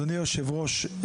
אדוני היושב ראש,